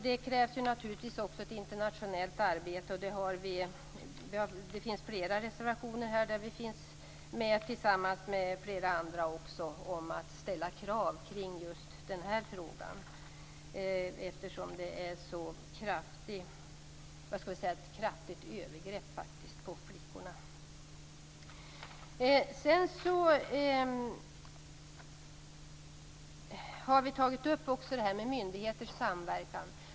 Det krävs också ett internationellt arbete. Vi har avgett flera reservationer tillsammans med andra partier om att man skall ställa krav kring detta, eftersom det är fråga om ett så kraftigt övergrepp på flickorna. Vi har också tagit upp detta med myndigheters samverkan.